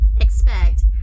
expect